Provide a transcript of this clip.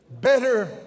Better